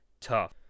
tough